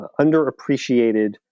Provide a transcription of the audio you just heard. underappreciated